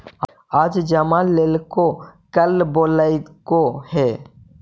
आज जमा लेलको कल बोलैलको हे?